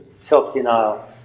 self-denial